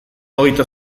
hogeita